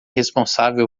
responsável